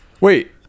Wait